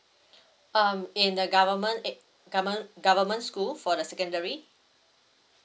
um in the government aid govern~ government school for the secondary